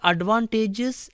Advantages